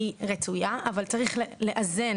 היא רצויה אבל צריך לאזן,